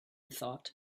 thought